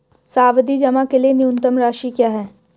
सावधि जमा के लिए न्यूनतम राशि क्या है?